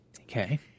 Okay